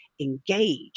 engage